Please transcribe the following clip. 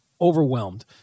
overwhelmed